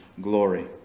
glory